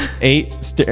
Eight